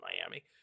Miami